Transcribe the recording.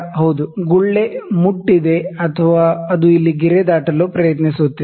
ಹೌದು ಗುಳ್ಳೆ ಮುಟ್ಟಿದೆ ಅಥವಾ ಅದು ಇಲ್ಲಿ ಗೆರೆ ದಾಟಲು ಪ್ರಯತ್ನಿಸುತ್ತಿದೆ